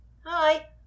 Hi